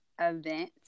event